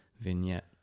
vignette